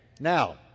Now